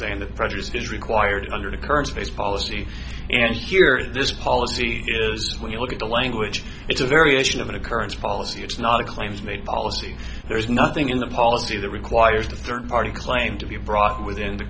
that prejudice is required under the current space policy and here this policy when you look at the language it's a variation of an occurrence policy it's not a claims made policy there is nothing in the policy that requires the third party claim to be brought within the